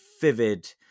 vivid